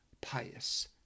pious